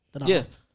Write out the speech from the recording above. Yes